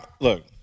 Look